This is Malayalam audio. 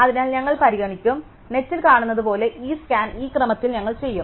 അതിനാൽ ഞങ്ങൾ പരിഗണിക്കും നെറ്റിൽ കാണുന്നതുപോലെ ഈ സ്കാൻ ഈ ക്രമത്തിൽ ഞങ്ങൾ ചെയ്യും